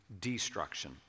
destruction